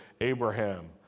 Abraham